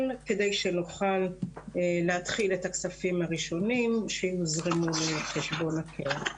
כדי שנוכל להתחיל את הכספים הראשונים שיוזרמו לחשבון הקרן.